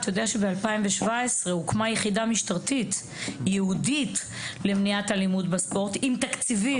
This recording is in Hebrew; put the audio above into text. ב-2017 הוקמה יחידה משטרתית ייעודית למניעת אלימות בספורט עם תקציבים.